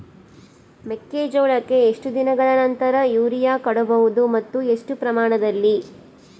ಮೆಕ್ಕೆಜೋಳಕ್ಕೆ ಎಷ್ಟು ದಿನಗಳ ನಂತರ ಯೂರಿಯಾ ಕೊಡಬಹುದು ಮತ್ತು ಎಷ್ಟು ಪ್ರಮಾಣದಲ್ಲಿ?